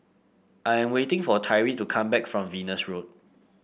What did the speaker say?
I am waiting for Tyree to come back from Venus Road